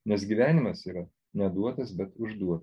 nes gyvenimas yra neduotas bet užduo